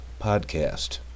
Podcast